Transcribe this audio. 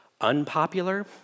unpopular